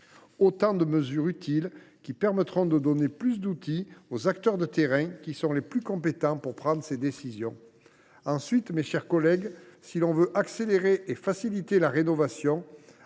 bâti. Ces mesures utiles permettent de donner plus d’outils aux acteurs de terrains, qui restent les plus compétents pour prendre ces décisions. Ensuite, mes chers collègues, si nous voulons accélérer et faciliter la rénovation